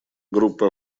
группа